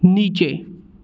नीचे